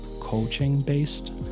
coaching-based